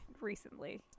recently